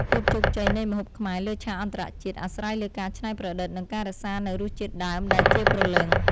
ភាពជោគជ័យនៃម្ហូបខ្មែរលើឆាកអន្តរជាតិអាស្រ័យលើការច្នៃប្រឌិតនិងការរក្សានូវរសជាតិដើមដែលជាព្រលឹង។